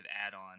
add-on